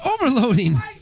overloading